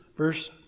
Verse